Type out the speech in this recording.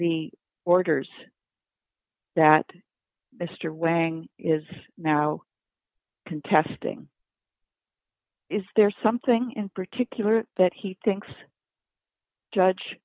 the orders that mr wang is now contesting is there something in particular that he thinks judge